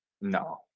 No